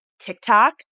TikTok